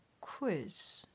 quiz